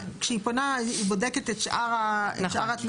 כשהיא פונה היא בודקת את שאר התנאים.